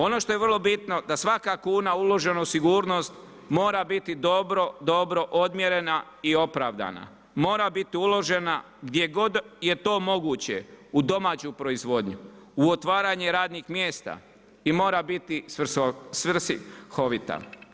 Ono što je vrlo bitno da svaka kuna uložena u sigurnost mora biti dobro, dobro odmjerena i opravdana, mora biti uložena gdje god je to moguće u domaću proizvodnju, u otvaranje radnih mjesta i mora biti svrsihovita.